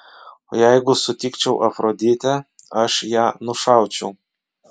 jeigu sutikčiau afroditę aš ją nušaučiau